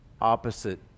opposite